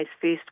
first